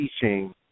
teaching